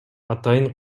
атайын